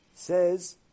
Says